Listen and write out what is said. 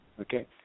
Okay